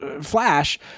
Flash